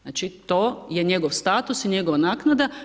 Znači to je njegov status i njegova naknada.